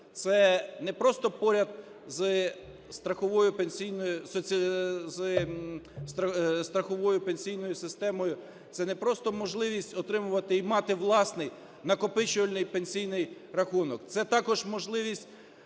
це не просто поряд з страховою пенсійною системою, це не просто можливість отримувати і мати власний накопичувальний пенсійний рахунок,